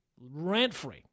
Rent-free